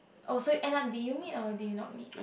oh so end up did you meet or did you not meet